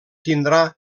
tindrà